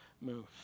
move